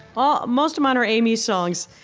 well, most of mine are amy's songs,